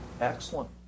Excellent